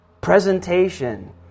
presentation